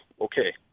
okay